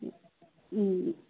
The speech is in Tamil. ம் ம்